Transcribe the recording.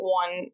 one